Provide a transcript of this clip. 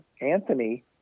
Anthony